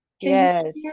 Yes